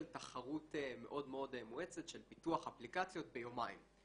תחרות מאוד מאוד מואצת של פיתוח אפליקציות ביומיים.